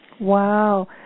Wow